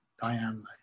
Diane